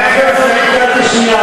חברת הכנסת מירי רגב,